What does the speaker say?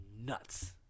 nuts